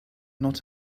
not